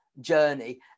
journey